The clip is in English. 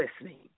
listening